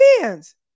fans